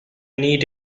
need